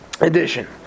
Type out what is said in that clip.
edition